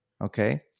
Okay